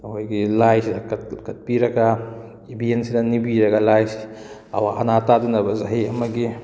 ꯑꯩꯈꯣꯏꯒꯤ ꯂꯥꯏꯁꯤꯗ ꯀꯠꯄꯤꯔꯒ ꯏꯕꯦꯟꯁꯤꯗ ꯅꯤꯕꯤꯔꯒ ꯂꯥꯏꯁꯤ ꯑꯋꯥ ꯑꯅꯥ ꯇꯥꯗꯅꯕ ꯆꯍꯤ ꯑꯃꯒꯤ